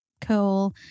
Cool